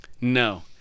No